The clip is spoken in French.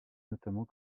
notamment